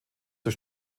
zur